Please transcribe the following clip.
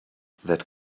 that